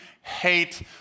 Hate